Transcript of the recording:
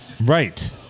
right